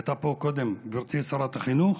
הייתה פה קודם גברתי שרת החינוך